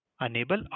enable